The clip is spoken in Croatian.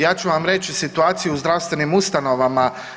Ja ću vam reći situaciju u zdravstvenim ustanovama.